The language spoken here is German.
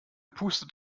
pustet